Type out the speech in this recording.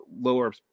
lower